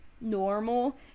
normal